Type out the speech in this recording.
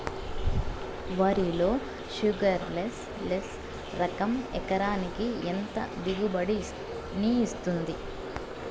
వరి లో sugarless less రకం ఎకరాకి ఎంత దిగుబడినిస్తుంది